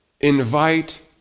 Invite